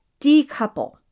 decouple